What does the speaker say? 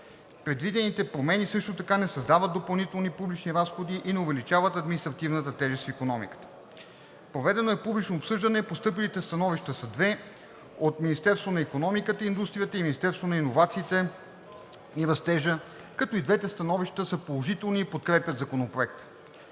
Предвидените промени също така не създават допълнителни публични разходи и не увеличават административната тежест в икономиката. Проведено е публично обсъждане, постъпилите становища са две – от Министерството на икономиката и индустрията и Министерството на иновациите и растежа, като и двете становища са положителни и подкрепят Законопроекта.